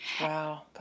Wow